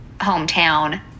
hometown